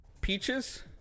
peaches